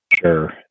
Sure